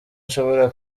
nshobora